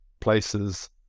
places